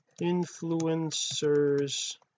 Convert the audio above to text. influencers